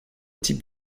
type